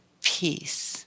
peace